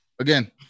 again